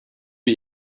wie